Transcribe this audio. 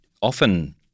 often